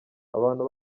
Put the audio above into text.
abantu